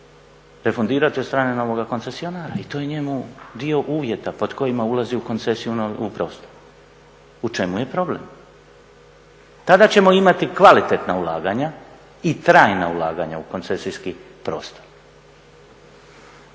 refundirati od strane novoga koncesionara. I to je njemu dio uvjeta pod kojima ulazi u koncesiju u prostor. U čemu je problem? Tada ćemo imati kvalitetna ulaganja i trajna ulaganja u koncesijski prostor.